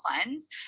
cleanse